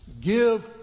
Give